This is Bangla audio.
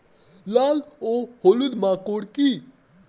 লাল ও হলুদ মাকর কী?